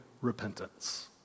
repentance